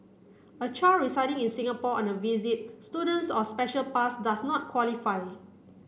a child residing in Singapore on a visit student's or special pass does not qualify